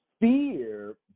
fear